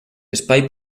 espai